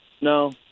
no